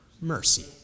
mercy